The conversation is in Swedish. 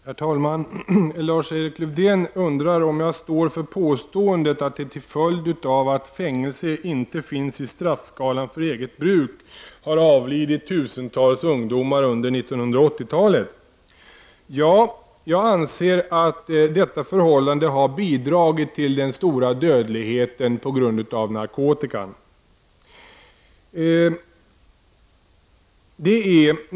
Herr talman! Lars-Erik Lövdén undrar om jag står för påståendet att tusentals ungdomar har avlidit under 80-talet till följd av att fängelse inte finns med i straffskalan när det gäller eget bruk. Ja, jag anser att detta förhållande har bidragit till den stora dödligheten i narkotikasammanhang.